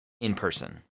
in-person